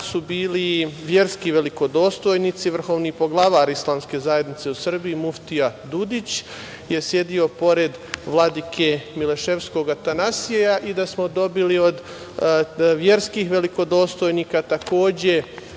dan bili verski velikodostojnici, vrhovni poglavar islamske zajednice u Srbiji, muftija Dudić je sedeo pored vladike mileševskog Atanasija i da smo dobili od verskih velikodostojnika takođe